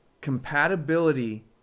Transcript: Compatibility